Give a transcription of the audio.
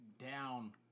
down